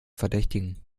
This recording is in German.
verdächtigen